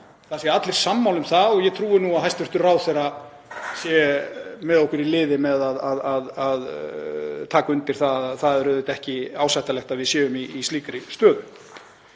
það séu allir sammála um það og ég trúi að hæstv. ráðherra sé með okkur í liði með að taka undir að það er auðvitað ekki ásættanlegt að við séum í slíkri stöðu.